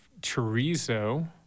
chorizo